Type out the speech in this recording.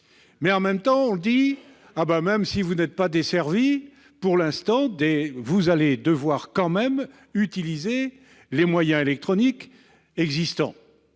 En même temps, on nous dit : même si vous n'êtes pas desservis pour l'instant, vous devrez tout de même utiliser les moyens électroniques existants,